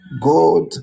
God